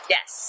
Yes